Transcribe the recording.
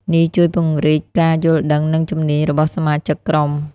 នេះជួយពង្រីកការយល់ដឹង និងជំនាញរបស់សមាជិកក្រុម។